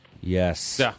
Yes